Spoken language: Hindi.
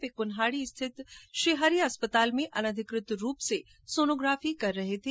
वे कुन्हाड़ी स्थित श्रीहरि अस्पताल में अनाधिकृत रूप से सोनोग्राफी कर रहे थे